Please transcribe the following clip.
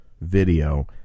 video